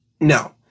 No